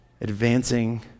Advancing